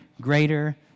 greater